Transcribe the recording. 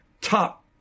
top